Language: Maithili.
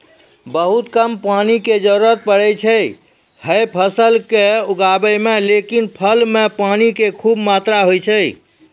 बहुत कम पानी के जरूरत पड़ै छै है फल कॅ उगाबै मॅ, लेकिन फल मॅ पानी के खूब मात्रा होय छै